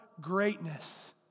greatness